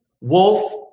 wolf